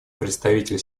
представитель